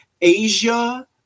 Asia